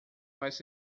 mais